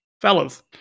Fellas